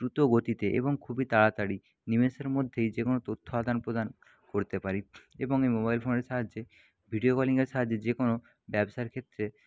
দ্রুতগতিতে এবং খুবই তাড়াতাড়ি নিমেষের মধ্যেই যে কোনো তথ্য আদান প্রদান করতে পারি এবং এই মোবাইল ফোনের সাহায্যে ভিডিও কলিংয়ের সাহায্যে যে কোনো ব্যবসার ক্ষেত্রে